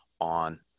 on